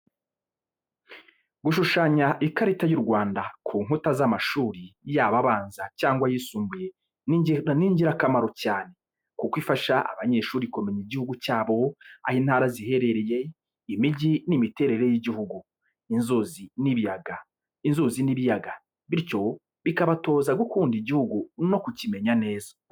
Gushushanya ikarita y’u Rwanda ku nkuta z'amashuri yaba abanza cyangwa ayisumbuye ni ingirakamaro cyane kuko ifasha abanyeshuri kumenya igihugu cyabo, aho intara ziherereye, imijyi n’imiterere y’igihugu, inzuzi n'ibiyaga bityo bikabatoza gukunda igihugu no kukimenya neza.